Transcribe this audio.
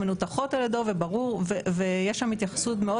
מנותחות על ידו ויש שם התייחסות מאוד